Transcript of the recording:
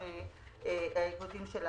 לא משנה כמה אתה מביא,